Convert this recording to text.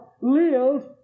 lives